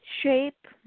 shape